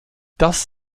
das